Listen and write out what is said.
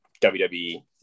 wwe